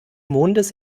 mondes